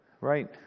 Right